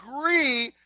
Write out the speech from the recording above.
agree